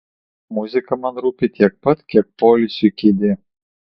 muzika man rūpi tiek pat kiek poilsiui kėdė